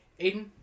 Aiden